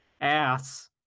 Ass